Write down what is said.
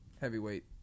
heavyweight